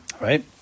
Right